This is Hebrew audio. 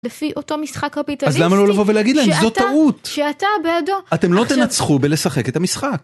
לפי אותו משחק קפיטליסטי שאתה בעדו. אז למה לא לבוא ולהגיד להם, זו טעות. אתם לא תנצחו בלשחק את המשחק.